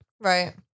Right